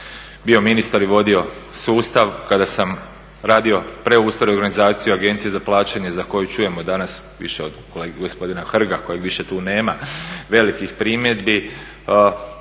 bio ministar i vodio sustav, kada sam radio preustroj, organizaciju Agencije za plaćanje za koju čujemo danas više od gospodina Hrga kojeg više tu nema velikih primjedbi